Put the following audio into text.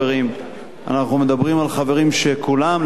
אנחנו מדברים על חברים שכולם ללא יוצא מן הכלל